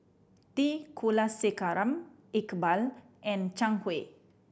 T Kulasekaram Iqbal and Zhang Hui